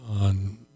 on